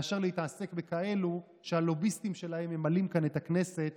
מאשר להתעסק בכאלה שהלוביסטים שלהם ממלאים כאן את הכנסת